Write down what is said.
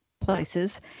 places